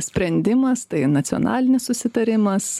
sprendimas tai nacionalinis susitarimas